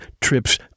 trips